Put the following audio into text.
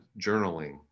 journaling